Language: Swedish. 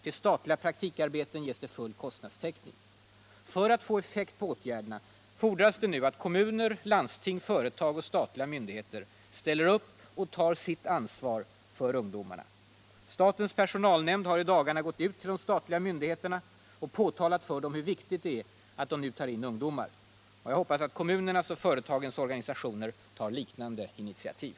Till statliga praktikarbeten ges full kostnadstäckning. För att dessa åtgärder skall få någon effekt fordras nu att kommuner, landsting, företag och statliga myndigheter ställer upp och tar sitt ansvar för ungdomarna. Statens personalnämnd har i dagarna gått ut till de statliga myndigheterna och framhållit för dem hur viktigt det är att de nu tar in ungdomar, och jag hoppas att kommunernas och företagens organisationer tar liknande initiativ.